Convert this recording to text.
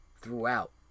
throughout